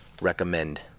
recommend